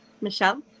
Michelle